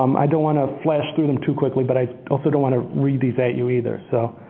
um i don't want to flash through them too quickly, but i also don't want to read these at you either. so